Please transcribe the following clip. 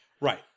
Right